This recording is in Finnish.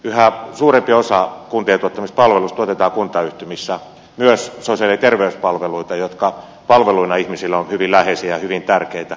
yhä suurempi osa kuntien tuottamista palveluista tuotetaan kuntayhtymissä myös sosiaali ja terveyspalveluita jotka palveluina ihmisille ovat hyvin läheisiä ja hyvin tärkeitä